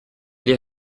les